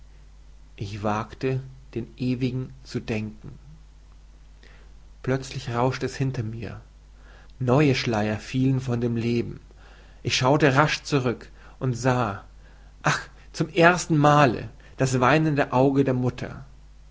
ich wagte den ewigen zu denken plözlich rauschte es hinter mir neue schleier fielen von dem leben ich schaute rasch zurük und sahe ach zum erstenmale das weinende auge der mutter